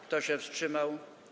Kto się wstrzymał?